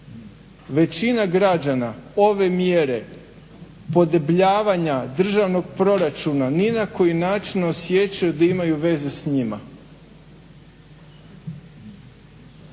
Većina građana ove mjere podebljavanja državnog proračuna ni na koji način ne osjećaju da imaju veze s njima.